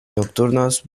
nocturnos